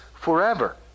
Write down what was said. forever